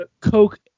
Coke